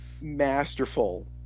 masterful